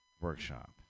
workshop